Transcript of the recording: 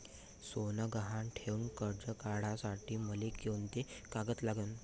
सोनं गहान ठेऊन कर्ज काढासाठी मले कोंते कागद लागन?